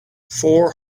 four